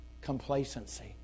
Complacency